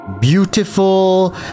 beautiful